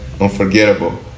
unforgettable